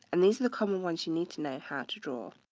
and these are the common ones you need to know how to draw.